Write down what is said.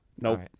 Nope